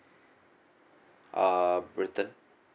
uh britain